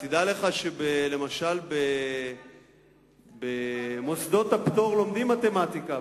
תדע לך, שלמשל במוסדות הפטור לומדים מתמטיקה.